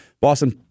Boston